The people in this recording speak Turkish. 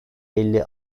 elli